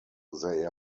they